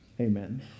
Amen